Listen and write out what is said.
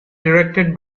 directed